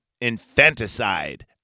infanticide